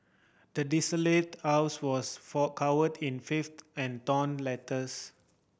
the desolated was for covered in filth and torn letters